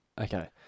Okay